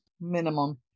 Minimum